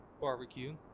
barbecue